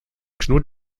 knut